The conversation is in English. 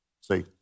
See